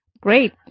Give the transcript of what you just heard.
Great